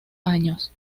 años